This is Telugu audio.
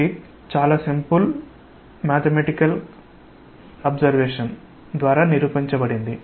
అది చాలా సరళమైన గణిత పరిశీలన ద్వారా నిరూపించబడింది